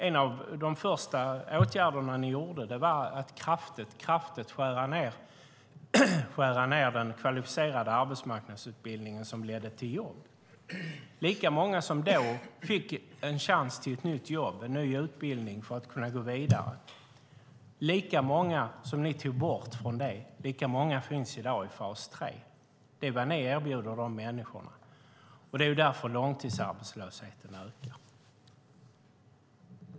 En av de första åtgärderna ni gjorde var att kraftigt skära ned den kvalificerade arbetsmarknadsutbildningen som ledde till jobb. Lika många som ni tog bort från en chans till ett nytt jobb och ny utbildning för att kunna gå vidare, lika många finns i dag i fas 3. Det är vad ni erbjuder de människorna. Det är därför långtidsarbetslösheten ökar.